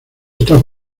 está